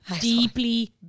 Deeply